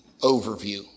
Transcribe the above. overview